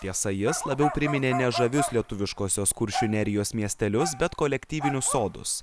tiesa jis labiau priminė ne žavius lietuviškosios kuršių nerijos miestelius bet kolektyvinius sodus